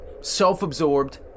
self-absorbed